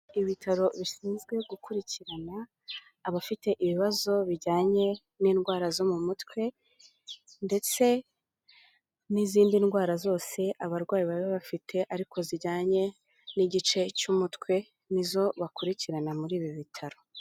Ibitaro bishinzwe gukurikirana abafite ibibazo bijyanye n'indwara zo mu mutwe ndetse n'izindi ndwara zose abarwayi baba bafite ariko zijyanye n'igice cy'umutwe ni zo bakurikirana muri ibi bitaro.